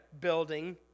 building